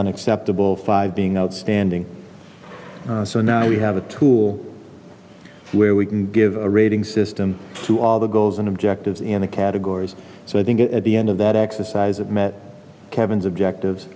unacceptable five being outstanding so now we have a tool where we can give a rating system to all the goals and objectives in the categories so i think at the end of that exercise of met kevin's objective